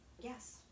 yes